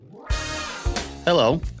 Hello